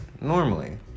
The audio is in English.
normally